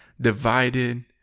divided